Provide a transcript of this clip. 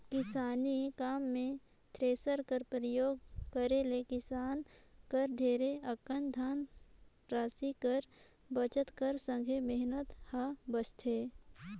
किसानी काम मे थेरेसर कर परियोग करे ले किसान कर ढेरे अकन धन रासि कर बचत कर संघे मेहनत हर बाचथे